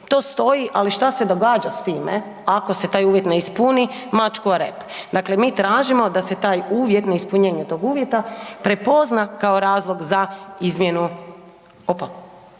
to stoji, ali šta se događa s time ako se taj uvjet ne ispuni, mačku o rep. Dakle, mi tražimo da se taj uvjet, neispunjenje tog uvjeta prepozna kao razlog za izmjenu, opa,